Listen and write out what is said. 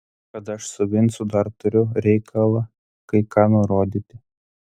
kad aš su vincu dar turiu reikalą kai ką nurodyti